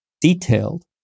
detailed